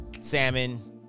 salmon